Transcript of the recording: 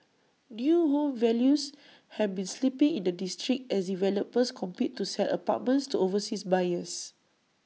new home values have been slipping in the district as developers compete to sell apartments to overseas buyers